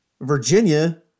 Virginia